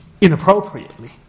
inappropriately